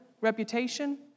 reputation